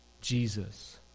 Jesus